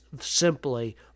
simply